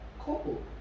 Cool